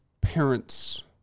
parents